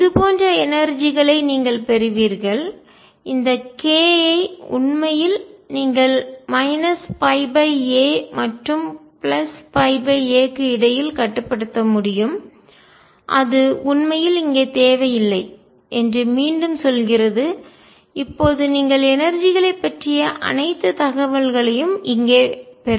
இது போன்ற எனர்ஜி களை ஆற்றல் நீங்கள் பெறுவீர்கள் இந்த k ஐ உண்மையில் நீங்கள் π a மற்றும் a க்கு இடையில் கட்டுப்படுத்த முடியும் அது உண்மையில் இங்கே தேவையில்லை என்று மீண்டும் சொல்கிறது இப்போது நீங்கள் எனர்ஜி களை ஆற்றல் பற்றிய அனைத்து தகவல்களையும் இங்கேயே பெறுவீர்கள்